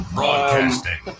Broadcasting